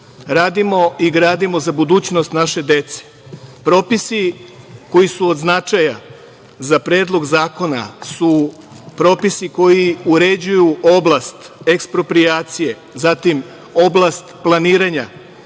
Radimo i gradimo za budućnost naše dece. Propisi koji su od značaja za Predlog zakona su propisi koji uređuju oblast eksproprijacije, zatim oblast planiranja,